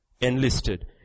enlisted